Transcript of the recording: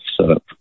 setup